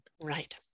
Right